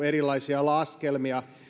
erilaisia laskelmia